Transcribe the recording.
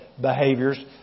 behaviors